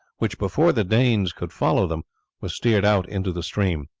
which before the danes could follow them was steered out into the stream.